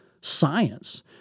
science